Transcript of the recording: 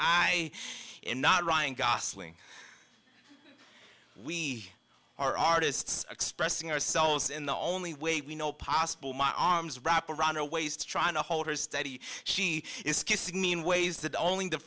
am not ryan gosling we are artists expressing ourselves in the only way we know possible my arms wrapped around her waist trying to hold her steady she is kissing me in ways that only the